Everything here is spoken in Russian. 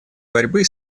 борьбы